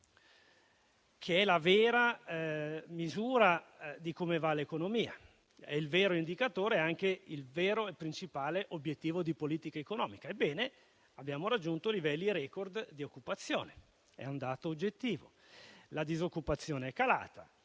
che è la vera misura di come va l'economia, il vero indicatore e anche il vero e principale obiettivo di politica economica, abbiamo raggiunto livelli *record* di occupazione. Questo è un dato oggettivo. La disoccupazione è calata;